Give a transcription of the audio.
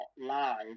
live